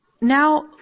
Now